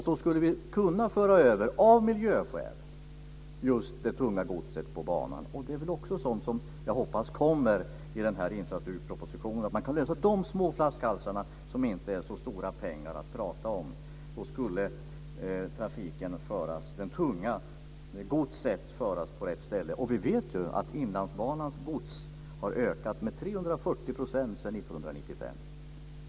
Av miljöskäl borde vi kunna föra över trafiken och det tunga godset till banan. Det är också sådant som jag hoppas kommer i infrastrukturpropositionen. Man borde kunna rätta till de här små flaskhalsarna. Det är inte så stora pengar att prata om, och trafiken och det tunga godset skulle då kunna föras över till rätt ställe. Vi vet ju att Inlandsbanans godsmängd har ökat med 340 % sedan 1995.